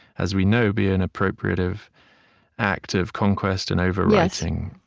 as we know, be an appropriative act of conquest and overwriting.